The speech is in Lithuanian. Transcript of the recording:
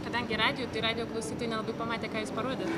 kadangi radijui tai radijo klausytojai nelabai pamatė ką jūs parodėt